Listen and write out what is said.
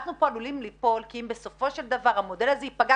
אנחנו עלולים ליפול כאן כי אם בסופו של דבר המודל הזה ייפגע,